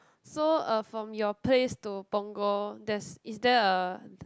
so uh from your place to punggol there's is there a